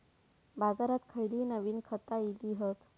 बाजारात खयली नवीन खता इली हत?